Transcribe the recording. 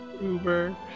Uber